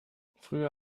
früher